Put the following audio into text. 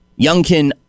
Youngkin